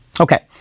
Okay